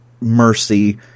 mercy